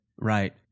Right